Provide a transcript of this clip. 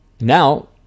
Now